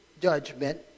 judgment